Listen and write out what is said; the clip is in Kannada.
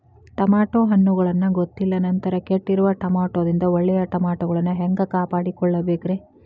ಟಮಾಟೋ ಹಣ್ಣುಗಳನ್ನ ಗೊತ್ತಿಲ್ಲ ನಂತರ ಕೆಟ್ಟಿರುವ ಟಮಾಟೊದಿಂದ ಒಳ್ಳೆಯ ಟಮಾಟೊಗಳನ್ನು ಹ್ಯಾಂಗ ಕಾಪಾಡಿಕೊಳ್ಳಬೇಕರೇ?